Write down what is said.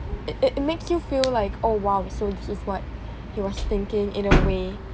it it makes you feel like oh !wow! so this is what he was thinking in a way